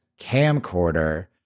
camcorder